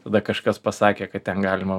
tada kažkas pasakė kad ten galima